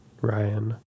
Ryan